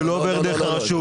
שלא עובר דרך הרשות,